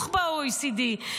מהנמוכים ב-OECD.